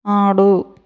ఆడు